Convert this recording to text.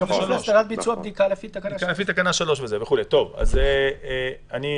--- לפי תקנה 3. אם אין הערה נוספת על שלושת